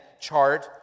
chart